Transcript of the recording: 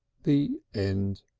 the end!